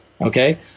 Okay